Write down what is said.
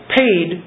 paid